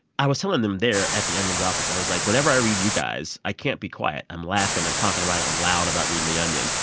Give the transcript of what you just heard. i was telling them there, at the onion's office, i was like, whenever i read you guys, i can't be quiet. i'm laughing. i'm talking about it. i'm loud about reading the onion.